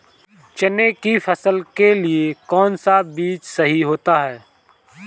चने की फसल के लिए कौनसा बीज सही होता है?